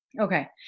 Okay